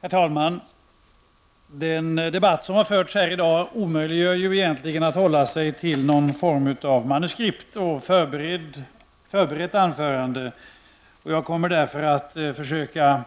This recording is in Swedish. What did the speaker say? Herr talman! Den debatt som har förts i dag omöjliggör egentligen för en talare att hålla sig till någon form av manuskript eller förberedda anföranden. Jag kommer därför att försöka